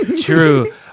True